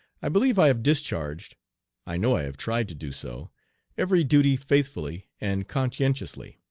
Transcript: i believe i have discharged i know i have tried to do so every duty faithfully and conscientiously.